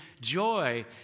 Joy